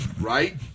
Right